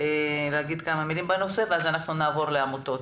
תאמר כמה מילים בנושא ואז נעבור לעמותות